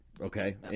Okay